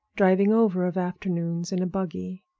driving over of afternoons in a buggy.